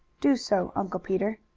do so, uncle peter.